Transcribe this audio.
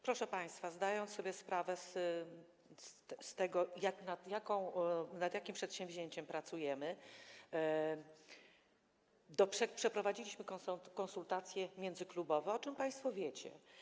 Proszę państwa, zdając sobie sprawę z tego, nad jakim przedsięwzięciem pracujemy, przeprowadziliśmy konsultacje międzyklubowe, o czym państwo wiecie.